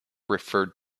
referred